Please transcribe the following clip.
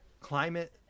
Climate